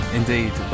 indeed